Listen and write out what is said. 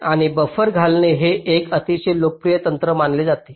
आणि बफर घालणे हे एक अतिशय लोकप्रिय तंत्र मानले जाते